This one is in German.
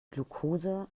glucose